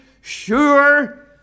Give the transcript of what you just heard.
Sure